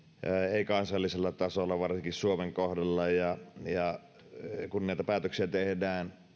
ei kansallisella tasolla varsinkin suomen kohdalla kun näitä päätöksiä tehdään